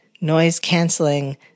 noise-canceling